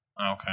Okay